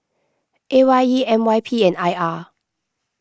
A Y E M Y P and I R